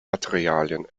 materialien